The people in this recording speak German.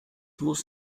muss